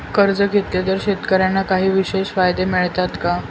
कर्ज घेतले तर शेतकऱ्यांना काही विशेष फायदे मिळतात का?